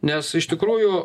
nes iš tikrųjų